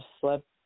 slept